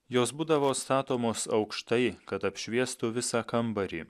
jos būdavo statomos aukštai kad apšviestų visą kambarį